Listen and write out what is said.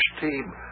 team